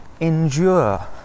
endure